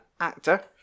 actor